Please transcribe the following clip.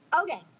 Okay